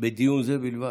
בדיון זה בלבד.